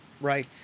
right